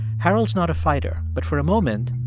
harold's not a fighter, but for a moment,